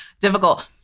difficult